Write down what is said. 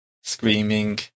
screaming